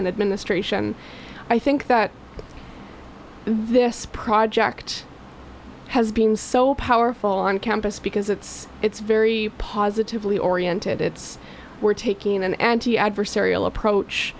and administration i think that this project has been so powerful on campus because it's it's very positively oriented it's we're taking an adversarial approach